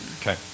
Okay